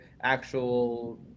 actual